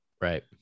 Right